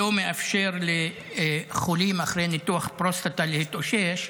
שלא מאפשר לחולים אחרי ניתוח פרוסטטה להתאושש,